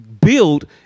build